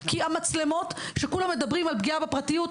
כי המצלמות שכולם מדברים על פגיעה בפרטיות,